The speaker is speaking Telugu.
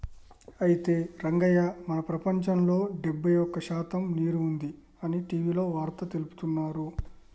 అయితే రంగయ్య మన ప్రపంచంలో డెబ్బై ఒక్క శాతం నీరు ఉంది అని టీవీలో వార్తగా తెలుపుతున్నారు